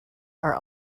are